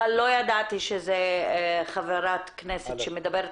אבל לא ידעתי שזו חברת כנסת שמדברת,